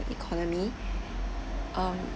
economy um